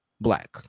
black